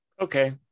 Okay